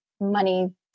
money